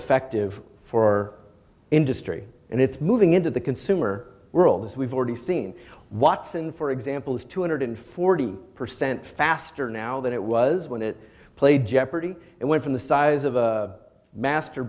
effective for industry and it's moving into the consumer world as we've already seen watson for example is two hundred forty percent faster now than it was when it played jeopardy and went from the size of a master